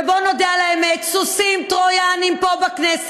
ובואו נודה על האמת: סוסים טרויאניים פה בכנסת,